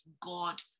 God